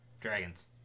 Dragons